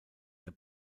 der